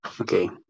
Okay